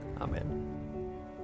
Amen